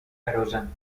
erosion